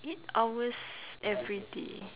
eight hours everyday